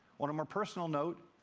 on a more personal note,